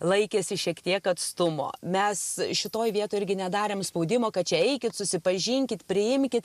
laikėsi šiek tiek atstumo mes šitoj vietoj irgi nedarėm spaudimo kad čia eikit susipažinkit priimkit